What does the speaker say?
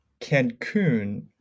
Cancun